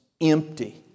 Empty